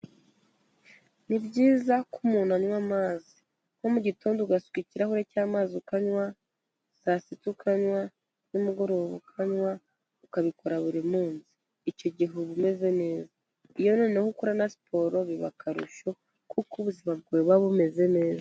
Ni byiza ko umuntu anywa amazi, nko mu gitondo ugasuka ikirahure cy'amazi ukanywa, saa sita ukanywa, nimugoroba ukanywa, ukabikora buri munsi, icyo gihe uba umeze neza, iyo noneho ukora na siporo biba akarusho kuko ubuzima bwawe buba bumeze neza.